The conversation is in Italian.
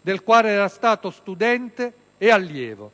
del quale era stato studente e allievo.